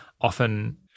often